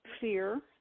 fear